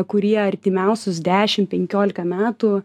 kurie artimiausius dešimt penkiolika metų